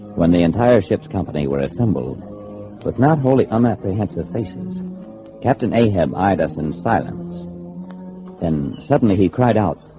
when the entire ship's company were assembled but not wholly on a prehensile faces captain ahab eyed us in silence and suddenly he cried out